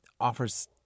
offers